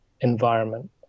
environment